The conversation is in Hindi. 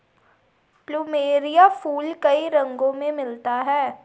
प्लुमेरिया फूल कई रंगो में मिलता है